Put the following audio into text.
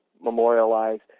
memorialized